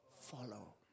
follow